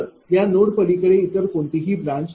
तर या नोड पलीकडे इतर कोणत्याही ब्रांचेस नाहीत